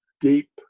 deep